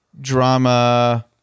drama